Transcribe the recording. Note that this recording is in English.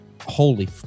holy